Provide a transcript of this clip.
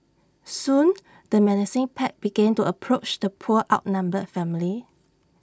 soon the menacing pack began to approach the poor outnumbered family